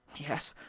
yes,